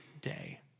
day